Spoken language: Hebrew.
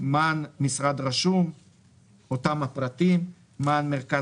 __________ היישוב: _____________ מיקוד: